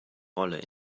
rolle